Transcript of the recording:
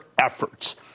efforts